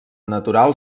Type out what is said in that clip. natural